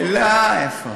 לא, איפה.